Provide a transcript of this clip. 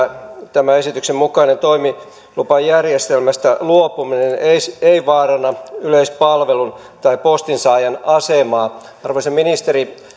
tämän esityksen mukaisesta toimilupajärjestelmästä luopuminen ei vaaranna yleispalvelun tai postin saajan asemaa arvoisa ministeri